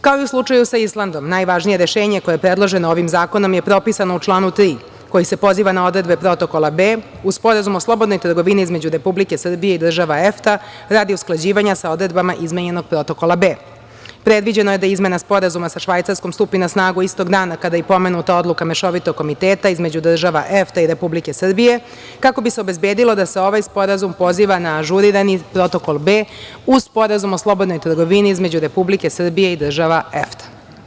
Kao u slučaju sa Islandom, najvažnije rešenje koje je predloženo ovim zakonom je propisano u članu 3, koji se poziva na odredbe Protokola B, uz Sporazum o slobodnoj trgovini između Republike Srbije i država EFTA, radi usklađivanja sa odredbama izmenjenog Protokola B. Predviđeno je da Izmena Sporazuma sa Švajcarskom stupi na snagu istog dana kada i pomenuta odluka Mešovitog komiteta između država EFTA i Republike Srbije, kako bi se obezbedilo da se ovaj sporazum poziva na ažurirani Protokol B, uz Sporazum o slobodnoj trgovini između Republike Srbije i država EFTA.